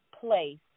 place